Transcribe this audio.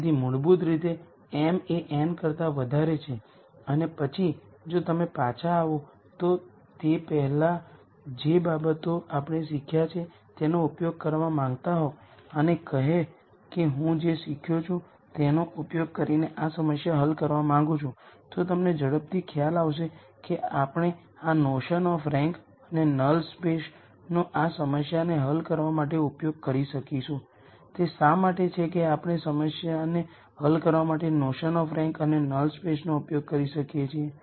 તેથી મૂળભૂત રીતે m એ n કરતા વધારે છે અને પછી જો તમે પાછા આવો તે પહેલાં જે બાબતો આપણે શીખ્યા છે તેનો ઉપયોગ કરવા માંગતા હોય અને કહે કે હું જે શીખ્યો છું તેનો ઉપયોગ કરીને આ સમસ્યા હલ કરવા માંગું છું તો તમને ઝડપથી ખ્યાલ આવશે કે આપણે આ નોશન ઓફ રેન્ક અને નલ સ્પેસ નો આ સમસ્યાને હલ કરવા માટે ઉપયોગ કરી શકીશું તે શા માટે છે કે આપણે સમસ્યાને હલ કરવા માટે નોશન ઓફ રેન્ક અને નલ સ્પેસ ઉપયોગ કરી શકીએ છીએ